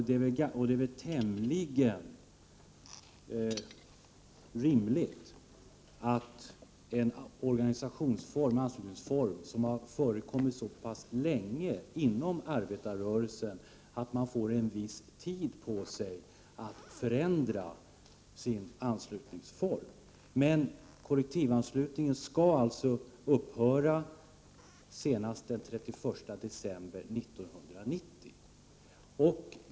Det är väl tämligen rimligt att arbetarrörelsen får en viss tid på sig att förändra den anslutningsform som har förekommit så länge. Men kollektivanslutningen skall alltså upphöra senast den 31 december 1990.